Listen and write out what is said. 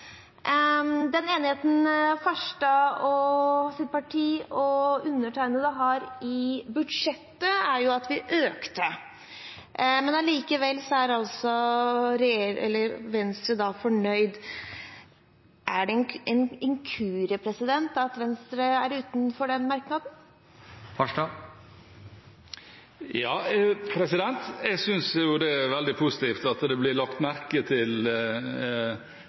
Den enigheten Farstads parti og undertegnedes parti har i budsjettet, er jo at vi økte – men allikevel er Venstre fornøyd. Er det en inkurie at Venstre er utenfor den merknaden? Jeg synes jo at det er veldig positivt at det blir lagt merke til